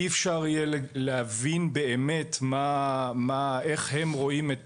אי אפשר יהיה להבין באמת איך הם רואים את